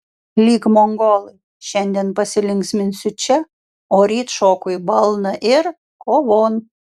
lyg mongolai šiandien pasilinksminsiu čia o ryt šoku į balną ir kovon